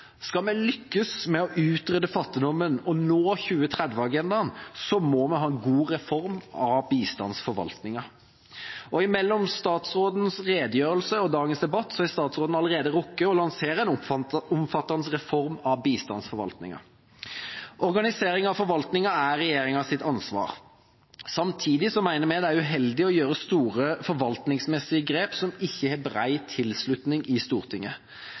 Skal vi lykkes med å utrydde fattigdommen og nå 2030-agendaen, må vi ha en god reform av bistandsforvaltningen. Mellom statsrådens redegjørelse og dagens debatt har statsråden allerede rukket å lansere en omfattende reform av bistandsforvaltningen. Organiseringen av forvaltningen er regjeringas ansvar. Samtidig mener vi det er uheldig å gjøre store forvaltningsmessige grep som ikke har bred tilslutning i Stortinget.